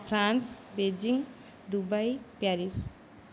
France Beijing Dubai Paris